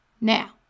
Now